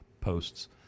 posts